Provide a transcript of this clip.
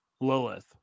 Lilith